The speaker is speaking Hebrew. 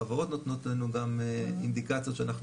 החברות נותנות לנו גם אינדיקציות שאנחנו